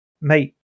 mate